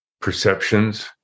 perceptions